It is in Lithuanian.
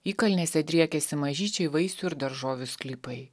įkalnėse driekiasi mažyčiai vaisių ir daržovių sklypai